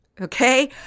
Okay